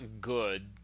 good